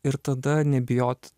ir tada nebijot